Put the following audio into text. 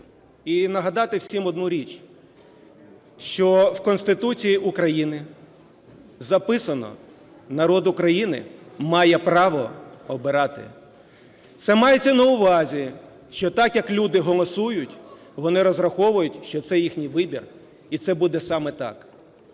і нагадати всім одну річ, що в Конституції України записано: народ України має право обирати. Це мається на увазі, що так, як люди голосують, вони розраховують, що це їхній вибір, і це буде саме так.